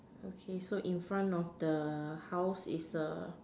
okay so in front of the house is a